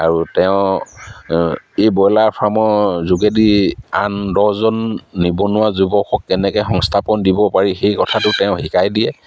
আৰু তেওঁ এই ব্ৰইলাৰ ফাৰ্মৰ যোগেদি আন দহজন নিবনুৱা যুৱকক কেনেকৈ সংস্থাপন দিব পাৰি সেই কথাটো তেওঁ শিকাই দিয়ে